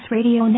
Radio